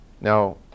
Now